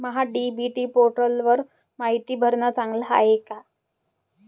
महा D B T पोर्टलवर मायती भरनं चांगलं हाये का?